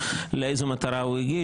לאיזו מטרה הוא הגיש.